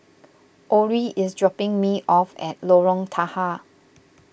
Orie is dropping me off at Lorong Tahar